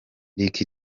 lick